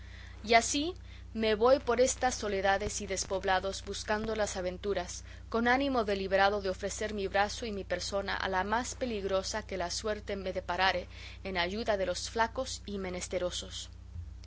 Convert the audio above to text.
y así me voy por estas soledades y despoblados buscando las aventuras con ánimo deliberado de ofrecer mi brazo y mi persona a la más peligrosa que la suerte me deparare en ayuda de los flacos y menesterosos